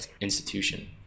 institution